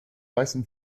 weißem